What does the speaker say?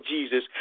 Jesus